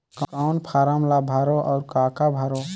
कौन फारम ला भरो और काका भरो?